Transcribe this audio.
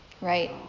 Right